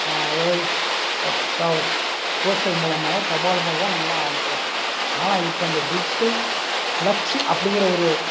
அதாவது தா போஸ்டர் மூலமாகவோ தபால் மூலமாகவோ நம்மளாம் அனுப்புவோம் ஆனால் இப்போ இந்த டிஜிட்டல் ஃபிளக்ஸ் அப்படிங்கிற ஒரு